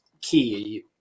key